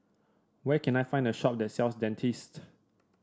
where can I find a shop that sells Dentiste